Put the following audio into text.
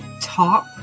top